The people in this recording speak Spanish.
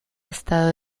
estado